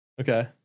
Okay